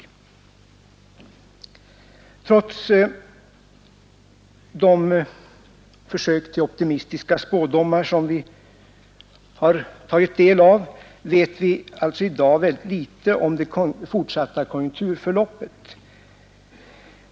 Trots de försök till optimistiska spådomar som vi har tagit del av vet vi alltså i dag väldigt litet om det fortsatta konjunkturförloppet.